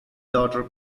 daughter